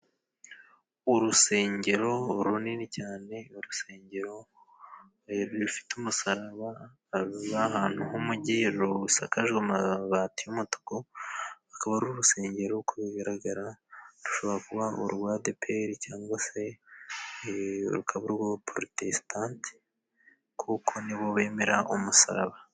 Urusengero runini cyane, urusengero rufite umusarababa, hari n'ahantu h'umugi hejuru rusakaje amabati y'umutuku, akaba ari urusengero uko bigaragara rushobora kuba ari urwa ADEPER cyangwa se rukaba urw'abaparotesitanti kuko nibo bemera umusaraba.